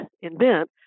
invent